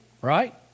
right